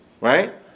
right